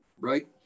right